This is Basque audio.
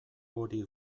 hori